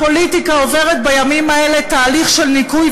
הפוליטיקה עוברת בימים האלה תהליך של ניקוי,